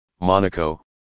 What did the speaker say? Monaco